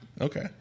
Okay